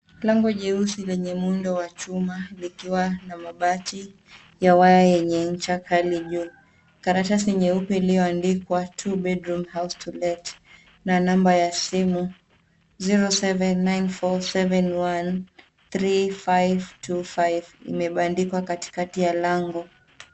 Lango jeusi lenye muundo wa chuma likiwa na mabati ya waya yenye ncha kali juu. Karatasi nyeupe lilioandikwa Two bedroom house to Let na namba ya simu 0794713525 imabandikwa katikati ya lango.